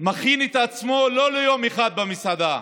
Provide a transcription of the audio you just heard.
מכין את עצמו לא ליום אחד במסעדה,